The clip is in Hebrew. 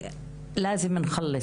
עבירה, או באופן ישיר,